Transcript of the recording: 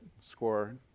score